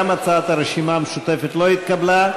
גם הצעת הרשימה המשותפת לא התקבלה.